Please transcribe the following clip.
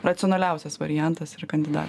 racionaliausias variantas ir kandidatas